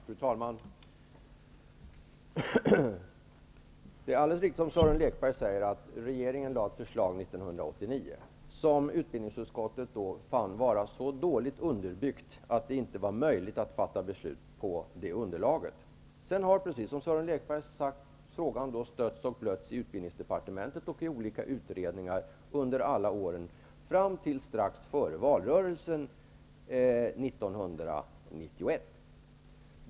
Fru talman! Det är alldeles riktigt som Sören Lekberg säger att regeringen lade fram ett förslag 1989. Utbildningsutskottet fann då förslaget så dåligt underbyggt att det inte var möjligt att fatta något beslut. Som Sören Lekberg har sagt har frågan stötts och blötts i utbildningsdepartementet och i olika utredningar under åren fram till strax före valrörelsen 1991.